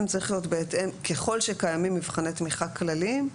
ככל שקיימים מבחני תמיכה כלליים,